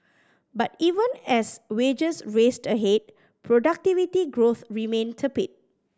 but even as wages raced ahead productivity growth remained tepid